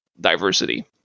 diversity